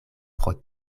pro